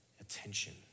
attention